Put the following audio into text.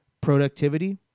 productivity